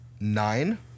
nine